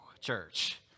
church